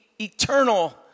eternal